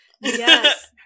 yes